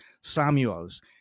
Samuels